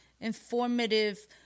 informative